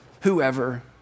whoever